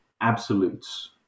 absolutes